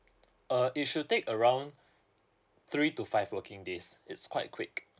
uh it should take around three to five working days it's quite quick